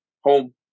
home